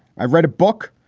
i've read a book,